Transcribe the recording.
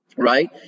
right